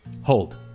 hold